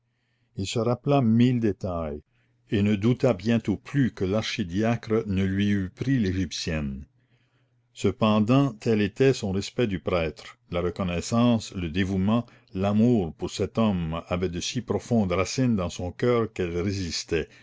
il se rappela mille détails et ne douta bientôt plus que l'archidiacre ne lui eût pris l'égyptienne cependant tel était son respect du prêtre la reconnaissance le dévouement l'amour pour cet homme avaient de si profondes racines dans son coeur qu'elles résistaient